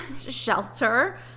shelter